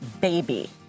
baby